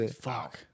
Fuck